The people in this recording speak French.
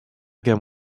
guerre